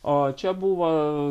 o čia buvo